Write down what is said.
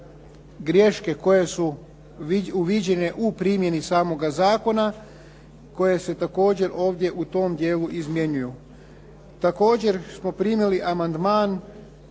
grješke koje su uviđene u primjeni samoga zakona koje se također ovdje u tom dijelu izmjenjuju. Također smo primili amandman